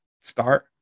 start